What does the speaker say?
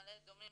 מעלה אדומים,